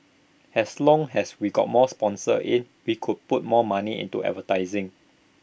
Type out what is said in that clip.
as long as we got more sponsors in we could put more money into advertising